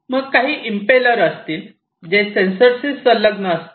मग काही इंपेलर असतील जे सेन्सर्सशी संलग्न असतील